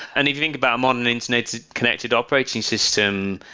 and if you think about modern internet connected operating system,